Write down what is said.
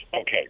Okay